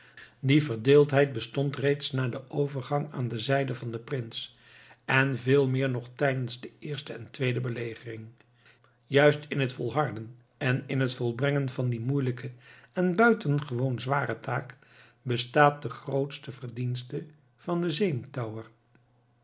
die verdeeldheid bestond reeds na den overgang aan de zijde van den prins en veel meer nog tijdens de eerste en tweede belegering juist in het volharden en in het volbrengen van die moeielijke en buitengewoon zware taak bestaat de grootste verdienste van den